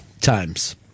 times